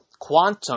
Quantum